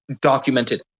documented